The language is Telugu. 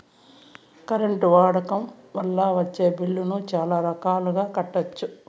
కరెంట్ వాడకం వల్ల వచ్చే బిల్లులను చాలా రకాలుగా కట్టొచ్చు